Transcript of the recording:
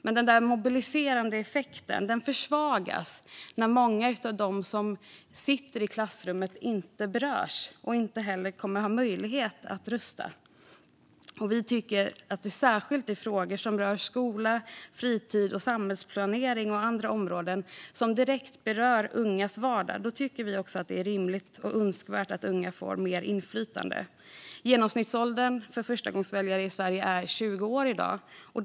Men den mobiliserande effekten försvagas när många av dem som sitter i klassrummen inte berörs eftersom de inte kommer att ha möjlighet att rösta. Särskilt i frågor som rör skola, fritid, samhällsplanering och andra områden som direkt berör ungas vardag tycker vi att det är rimligt och önskvärt att unga får mer inflytande. Genomsnittsåldern för förstagångsväljare i Sverige är i dag 20 år.